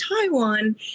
Taiwan